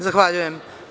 Zahvaljujem.